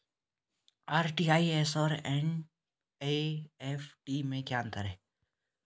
RTGS और NEFT में क्या अंतर है?